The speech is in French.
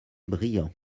brillant